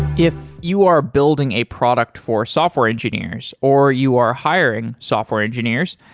if you are building a product for software engineers, or you are hiring software engineers,